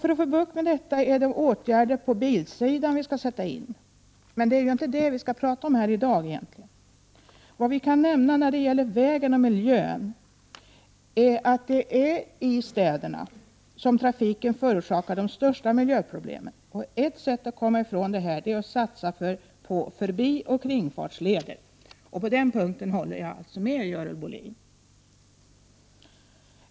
För att få bukt med detta är det åtgärder på bilområdet som vi skall sätta in, men det är ju inte det vi egentligen skall tala om här i dag. Det vi kan nämna när det gäller vägen och miljön är att det är i städerna som trafiken förorsakar de största miljöproblemen. Ett sätt att lösa dessa problem är att satsa på förbioch kringfartsleder. På den punkten håller jag alltså med Görel Bohlin.